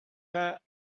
that